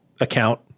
account